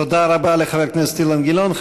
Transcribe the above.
תודה רבה לחבר הכנסת אילן גילאון.